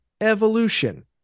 evolution